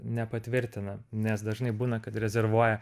nepatvirtina nes dažnai būna kad rezervuoja